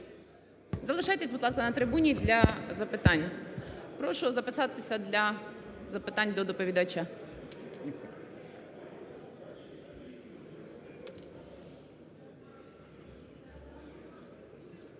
Залишайтесь, будь ласка, на трибуні для запитань. Прошу записатися для запитань до доповідача.